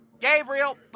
Gabriel